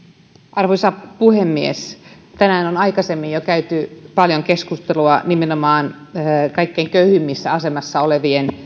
arvoisa puhemies tänään on aikaisemmin jo käyty paljon keskustelua nimenomaan kaikkein köyhimmässä asemassa olevien